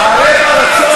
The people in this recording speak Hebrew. על מנת למנוע חששות